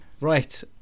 Right